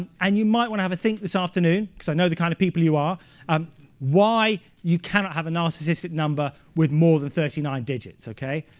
and and you might want to have a think this afternoon because i know the kind of people you are um why you cannot have a narcissistic number with more than thirty nine digits, ok.